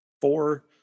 Four